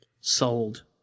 Sold